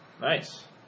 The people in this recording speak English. Nice